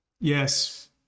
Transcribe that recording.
Yes